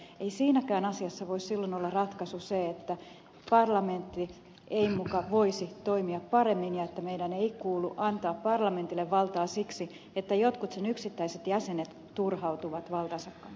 ei siinäkään asiassa voi silloin olla ratkaisu se että parlamentti ei muka voisi toimia paremmin ja että meidän ei kuulu antaa parlamentille valtaa siksi että jotkut sen yksittäiset jäsenet turhautuvat valtansa kanssa